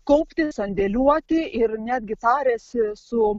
kaupti sandėliuoti ir netgi tariasi su